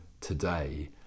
today